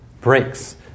breaks